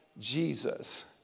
Jesus